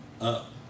up